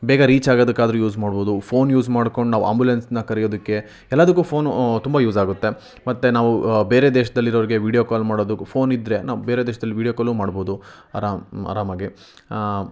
ಬೇಗ ರೀಚ್ ಆಗೋದಕ್ಕಾದರೂ ಯೂಸ್ ಮಾಡಬಹುದು ಫೋನ್ ಯೂಸ್ ಮಾಡ್ಕೊಂಡು ನಾವು ಆ್ಯಂಬುಲೆನ್ಸ್ನ ಕರೆಯೋದಕ್ಕೆ ಎಲ್ಲದಕ್ಕೂ ಫೋನು ತುಂಬ ಯೂಸ್ ಆಗುತ್ತೆ ಮತ್ತೆ ನಾವು ಬೇರೆ ದೇಶದಲ್ಲಿರೋರ್ಗೆ ವಿಡಿಯೋ ಕಾಲ್ ಮಾಡೋದು ಫೋನಿದ್ದರೆ ನಾವು ಬೇರೆ ದೇಶದ್ದಲ್ಲ ವಿಡಿಯೋ ಕಾಲು ಮಾಡಬಹುದು ಆರಾಮು ಆರಾಮಾಗೆ